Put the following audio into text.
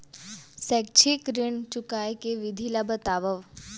शैक्षिक ऋण चुकाए के विधि ला बतावव